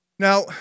Now